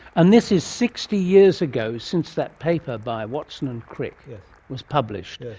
and this is sixty years ago since that paper by watson and crick was published,